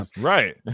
Right